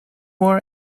war